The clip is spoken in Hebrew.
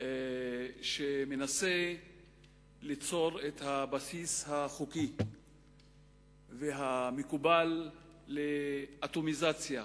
שמנסה ליצור את הבסיס החוקי והמקובל לאטומיזציה,